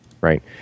right